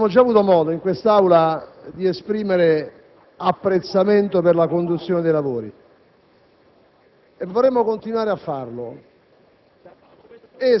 Abbiamo già avuto modo, in quest'Aula, di esprimere apprezzamento per la conduzione dei lavori